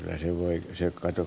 lähelle asiakkaita